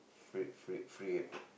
frappe frappe frappe